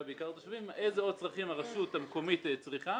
בעיקר לתושבים ואיזה עוד צרכים הרשות המקומית צריכה.